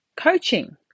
coaching